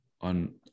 on